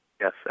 Yes